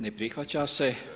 Ne prihvaća se.